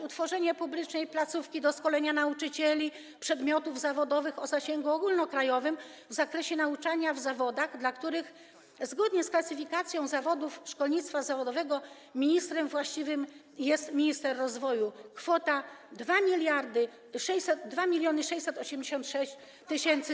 Utworzenie publicznej placówki doskonalenia nauczycieli przedmiotów zawodowych o zasięgu ogólnokrajowym w zakresie nauczania w zawodach, dla których zgodnie z klasyfikacją zawodów szkolnictwa zawodowego ministrem właściwym jest minister rozwoju - kwota 2686 tys.